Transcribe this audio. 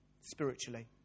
spiritually